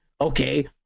Okay